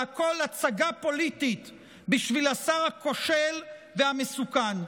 הכול הצגה פוליטית בשביל השר הכושל והמסוכן.